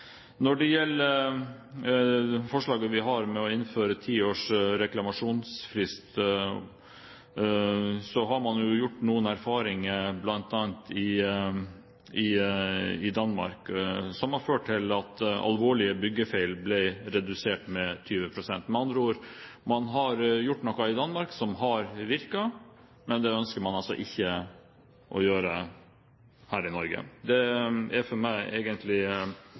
Når det gjelder forslaget vi har om å innføre ti års reklamasjonsfrist, har man gjort noen erfaringer bl.a. i Danmark som har ført til at alvorlige byggefeil har blitt redusert med 20 pst. Med andre ord: Man har gjort noe i Danmark som har virket, men det ønsker man altså ikke å gjøre her i Norge. Det er for meg